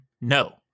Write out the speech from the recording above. No